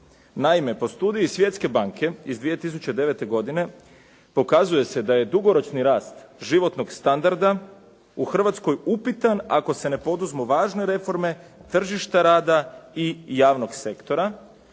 Naime, po studiji svjetske banke iz 2009. godine pokazuje se da je dugoročni rast životnog standarda, u Hrvatskoj upitan ako se ne poduzmu važne reforme, tržišta rada i javnog sektora,